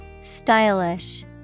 Stylish